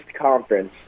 conference